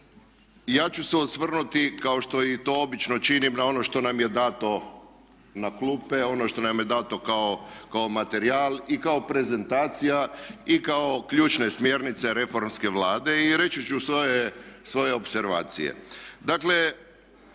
ja ću se osvrnuti kao što i to obično činim na ono što nam je dano na klupe, ono što nam je dano kao materijal i kao prezentacija i kao ključne smjernice reformske Vlade i reći ću svoje opservacije.